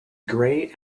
grey